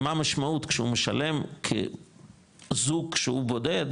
הרי מה המשמעות כשהוא משלם כזוג שהוא בודד,